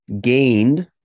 gained